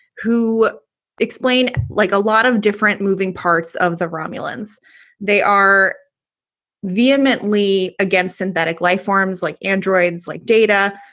who explain like a lot of different moving parts of the romulans they are vehemently against synthetic lifeforms like androids, like data.